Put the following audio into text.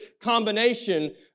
combination